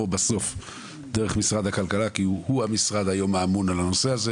בסוף דרך משרד הכלכלה כי הוא אמון היום על הנושא הזה.